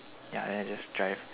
ya then I just drive